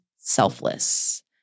selfless